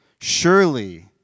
Surely